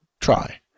try